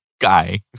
guy